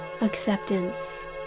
acceptance